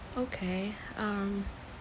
okay um